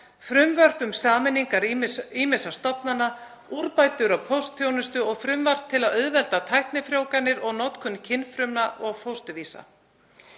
frumvörp um sameiningar ýmissa stofnana, úrbætur á póstþjónustu og frumvarp til að auðvelda tæknifrjóvganir og notkun kynfrumna og fósturvísa.